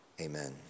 amen